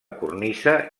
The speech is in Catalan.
cornisa